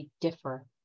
differ